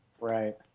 Right